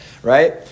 Right